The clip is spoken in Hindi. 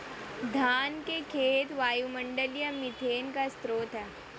धान के खेत वायुमंडलीय मीथेन का स्रोत हैं